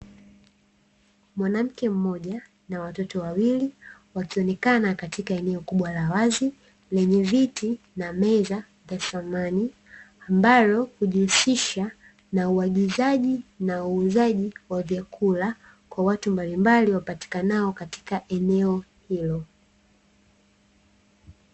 Mwanamke mmoja na watoto wawili, wakionekana katika eneo kubwa la wazi lenye viti na meza za samani, ambalo hujihusisha na uagizaji na uuzaji wa vyakula kwa watu mbalimbali wapatikanao katika eneo hilo.